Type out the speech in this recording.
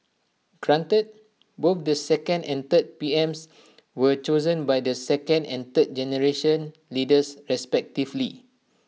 granted both the second and third PMs were chosen by the second and third generation leaders respectively